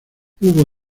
hubo